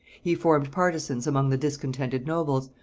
he formed partisans among the discontented nobles,